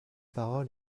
parole